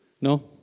No